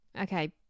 okay